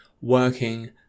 working